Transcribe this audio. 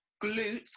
glutes